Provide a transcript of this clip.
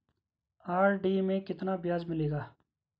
RD में कितना ब्याज मिलेगा?